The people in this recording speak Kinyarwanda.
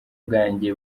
bwanjye